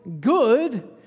good